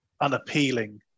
unappealing